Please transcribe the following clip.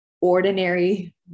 ordinary